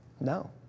No